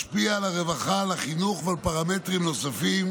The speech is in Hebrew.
משפיע על הרווחה, על החינוך ועל פרמטרים נוספים.